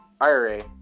IRA